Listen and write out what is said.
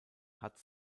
hat